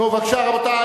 רבותי,